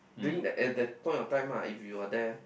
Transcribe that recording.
during that uh that point of times lah if you are there